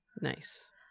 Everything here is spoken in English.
Nice